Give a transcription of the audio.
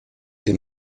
est